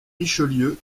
richelieu